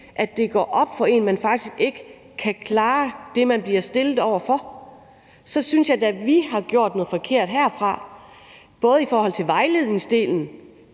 at det går op for en, at man faktisk ikke kan klare det, man bliver stillet over for. Så synes jeg da, at vi har gjort noget forkert herindefra, både i forhold til vejledningsdelen,